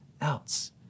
else